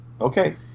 Okay